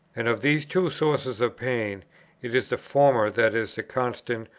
and of these two sources of pain it is the former that is the constant,